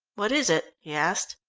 what is it? he asked.